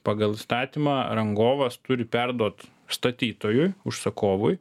pagal įstatymą rangovas turi perduot statytojui užsakovui